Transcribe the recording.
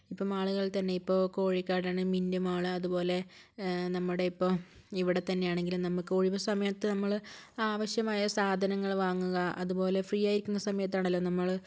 ഇപ്പോൾ മാളുകളിൽ തന്നെ ഇപ്പോൾ കോഴിക്കാടാണ് മിന്നുമാൾ അതുപോലെ നമ്മുടെയിപ്പോൾ ഇവിടെത്തന്നെയാണെങ്കിലും നമുക്കിപ്പോൾ ഒഴിവുസമയത്ത് നമ്മൾ ആവശ്യമായ സാധനങ്ങൾ വാങ്ങുക അതുപോലെ ഫ്രീയായിരിക്കുന്ന സമയത്താണല്ലോ നമ്മൾ